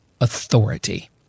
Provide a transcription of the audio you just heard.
authority